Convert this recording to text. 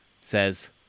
says